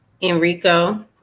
Enrico